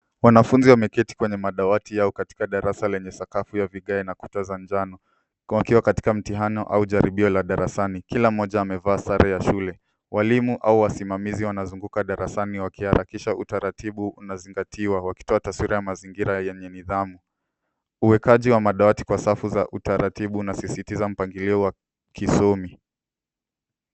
Wanafunzi wameketi kwenye madawati yao katika darasa lenye sakafu ya vigae na kuta za njano huku wakiwa katika mtihani au jaribio la darasani. Kila mmoja amevaa sare ya shule. Walimu au wasimamizi wanazunguka darasani wakiaharakisha utaratibu unazingatiwa wakitoa taswira ya mazingira yenye nidhamu. Uekaji wa madawati kwa safu za utaratibu unasisitiza mpangilio wa kisomi.